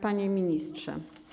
Panie Ministrze!